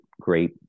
great